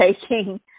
taking